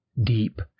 deep